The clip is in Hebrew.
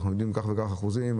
אנחנו יודעים כך וכך אחוזים.